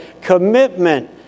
Commitment